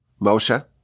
Moshe